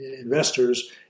investors